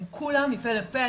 הם כולם מפה לפה,